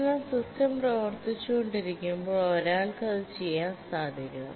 എന്നാൽ സിസ്റ്റം പ്രവർത്തിച്ച കൊണ്ടിരിക്കുമ്പോൾ ഒരാൾക്കു അത് ചെയ്യാൻ സാധിക്കണം